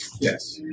Yes